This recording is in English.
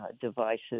devices